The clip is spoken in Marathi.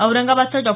औरंगाबादचं डॉ